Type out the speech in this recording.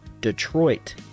Detroit